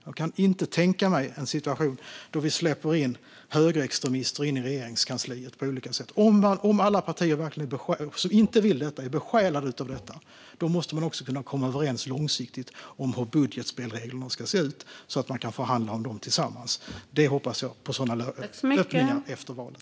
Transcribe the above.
Jag kan inte tänka mig att släppa in högerextremister i Regeringskansliet. Om alla partier som inte vill det är besjälade av detta måste vi kunna komma överens långsiktigt om hur budgetspelreglerna ska se ut så att vi kan förhandla om dem tillsammans. Jag hoppas på sådana lösningar efter valet.